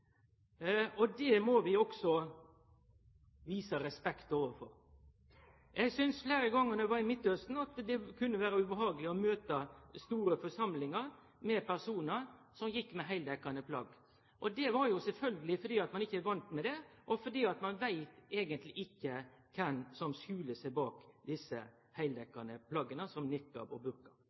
Det må vi også vise respekt for. Eg syntest fleire gonger då eg var i Midtausten, at det kunne vere ubehageleg å møte personar i store forsamlingar som gjekk med heildekkjande plagg. Det var jo sjølvsagt fordi ein ikkje er van med det, og fordi ein eigentleg ikkje veit kven som skjuler seg bak desse heildekkjande plagga, som